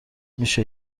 میشه